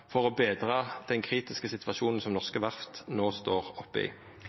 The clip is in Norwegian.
for å betra den kritiske situasjonen som norske verft no står oppe i?